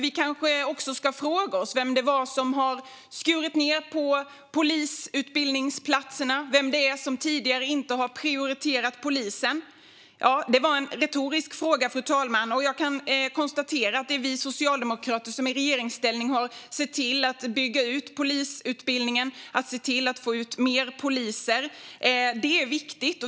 Vi kanske också ska fråga oss vem som har skurit ned på polisutbildningsplatserna och som tidigare inte har prioriterat polisen. Det var en retorisk fråga, fru talman. Jag kan konstatera att det är vi socialdemokrater som i regeringsställning har sett till att bygga ut polisutbildningen och få ut fler poliser. Det är viktigt.